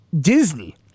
Disney